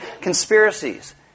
conspiracies